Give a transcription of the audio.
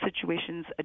situations